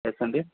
yes అండీ